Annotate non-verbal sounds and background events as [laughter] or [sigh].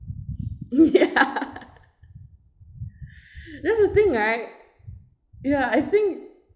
[breath] ya [breath] that's the thing right ya I think